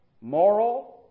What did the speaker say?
moral